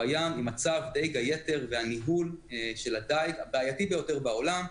הים עם המצג דיג היתר והניהול של הדייג הבעייתי ביותר בעולם.